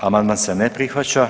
Amandman se ne prihvaća.